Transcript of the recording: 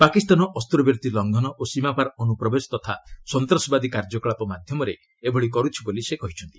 ପାକିସ୍ତାନ ଅସ୍ତ୍ରବିରତି ଲଙ୍ଘନ ଓ ସୀମାପାର୍ ଅନୁପ୍ରବେଶ ତଥା ସନ୍ତାସବାଦୀ କାର୍ଯ୍ୟକଳାପ ମାଧ୍ୟମରେ ଏଭଳି କରୁଛି ବୋଲି ସେ କହିଛନ୍ତି